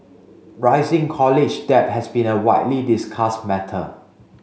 rising college debt has been a widely discussed matter